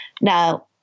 Now